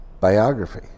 biography